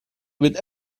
with